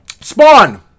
Spawn